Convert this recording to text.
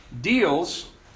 deals